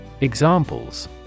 Examples